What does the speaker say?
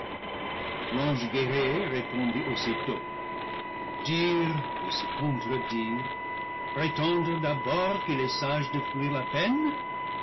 répondit aussitôt dire et se contredire prétendre d'abord qu'il est sage de fuir la peine